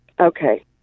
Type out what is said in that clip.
Okay